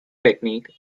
technique